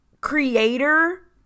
creator